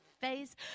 face